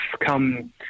come